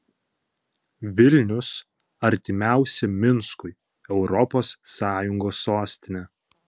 vilnius artimiausia minskui europos sąjungos sostinė